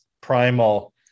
Primal